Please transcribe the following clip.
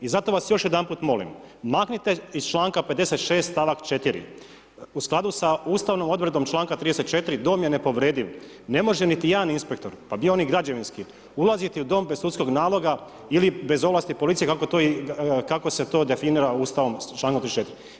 I zato vas još jedanput molim, maknite iz čl. 56. stavak 4. u skladu sa ustavnom odredbom čl. 34. dom je nepovrediv, ne može niti jedan inspektor, pa bio on i građevinski ulaziti u dom bez sudskog naloga ili bez ovlasti policije kako se to definira Ustavom s čl. 34.